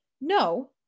No